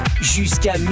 Jusqu'à